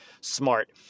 smart